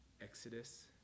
Exodus